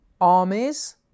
armies